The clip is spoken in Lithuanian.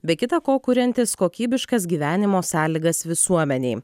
be kita ko kuriantsi kokybiškas gyvenimo sąlygas visuomenei